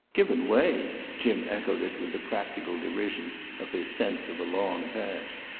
given way? jim echoed it with the practical derision of his sense of a long past.